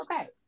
okay